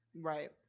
right